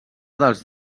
dels